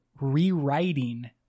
rewriting